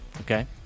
Okay